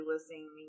listening